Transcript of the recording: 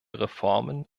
reformen